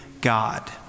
God